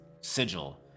sigil